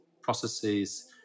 processes